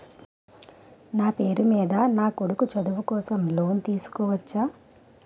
నా పేరు మీద నా కొడుకు చదువు కోసం నేను లోన్ తీసుకోవచ్చా?